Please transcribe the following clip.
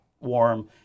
warm